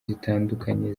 zitandukanye